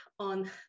On